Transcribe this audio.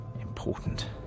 important